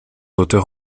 auteurs